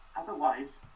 otherwise